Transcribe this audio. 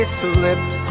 slipped